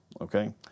okay